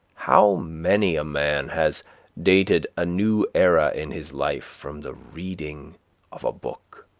how many a man has dated a new era in his life from the reading of ah book!